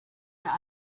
der